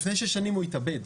לפני שש שנים הוא התאבד.